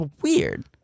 weird